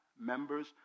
members